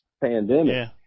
pandemic